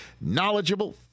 knowledgeable